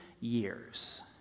years